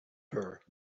her